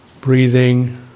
breathing